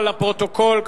אבל לפרוטוקול,